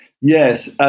Yes